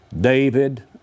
David